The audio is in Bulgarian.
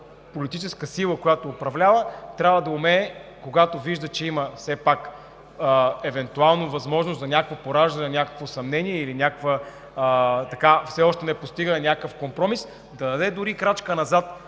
политическа сила, която управлява, трябва да умее, когато вижда, че има евентуално възможност за пораждане на някакво съмнение, или все още непостигане на някакъв компромис, да даде дори крачка назад.